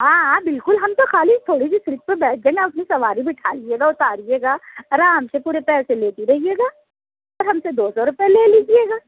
ہاں ہاں بالکل ہم تو خالی تھوڑی سی سیٹ پر بیٹھ جائیں گے اپنی سواری بٹھا لیجیے گا اُتاریے گا آرام سے پورے پیسے لیتے رہیے گا اور ہم سے دوسو روپیے لے لیجیے گا